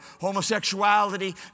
homosexuality